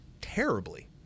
terribly